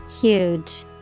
Huge